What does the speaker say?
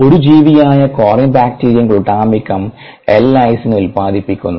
ഒരു ജീവിയായ Corynebacterium glutamicum L lysine ഉത്പാദിപ്പിക്കുന്നു